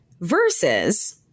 Versus